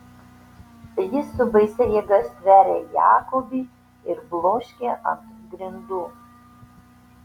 jis su baisia jėga stveria jakobį ir bloškia ant grindų